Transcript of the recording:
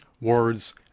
words